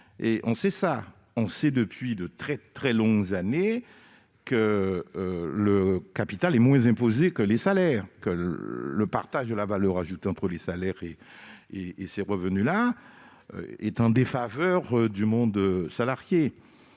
salaires. On sait depuis de très longues années que le capital est moins imposé que les salaires, que le partage de la valeur ajoutée entre les salaires et les revenus du capital est défavorable au monde salarié.